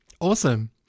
awesome